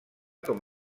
com